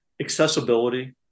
accessibility